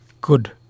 Good